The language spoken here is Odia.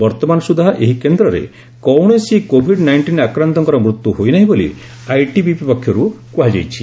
ବର୍ତ୍ତମାନ ସୁଦ୍ଧା ଏହି କେନ୍ଦ୍ରରେ କୌଣସି କୋଭିଡ ନାଇଷ୍ଟିନ ଆକ୍ରାନ୍ତଙ୍କର ମୃତ୍ୟୁ ହୋଇନାହିଁ ବୋଲି ଆଇଟିବିପି ପକ୍ଷରୁ କୁହାଯାଇଛି